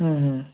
হুঁ হুঁ